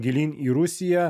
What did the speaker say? gilyn į rusiją